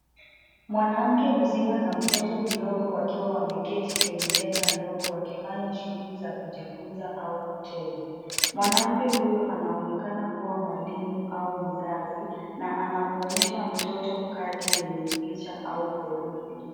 Mwanamke mzima na mtoto mdogo wakiwa wameketi kwenye meza ndogo wakifanya shuguli za kujifunza au kucheza. Mwanamke huyu anaonekana kuwa mwalimu au mzazi na anamwonyesha mtoto kadi yenye picha au herufi.